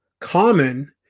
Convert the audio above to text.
common